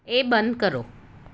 એ બંધ કરો